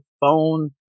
phone